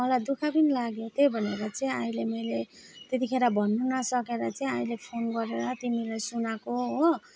मलाई दुःख पनि लाग्यो त्यही भनेर चाहिँ अहिले मैले तेतिखेर भन्नु नसकेर चाहिँ अहिले फोन गरेर तिमीलाई सुनाएको हो